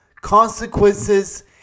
consequences